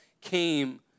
came